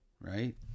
right